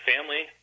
family